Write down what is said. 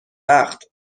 وقت